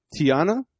Tiana